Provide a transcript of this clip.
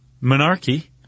monarchy